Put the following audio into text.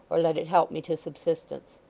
or let it help me to subsistence.